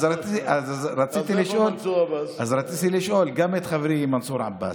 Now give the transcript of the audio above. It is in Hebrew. אז רציתי לשאול, אז איפה מנסור עבאס?